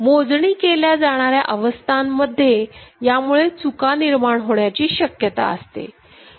मोजणी केल्या जाणाऱ्या अवस्थांमध्ये यामुळे चुका निर्माण होण्याची शक्यता असते